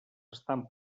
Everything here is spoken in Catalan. estan